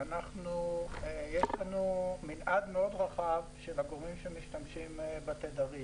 יש מנעד רחב של משתמשים בתדרים.